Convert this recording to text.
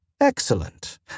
Excellent